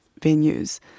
venues